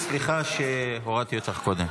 וסליחה שהורדתי אותך קודם.